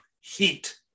heat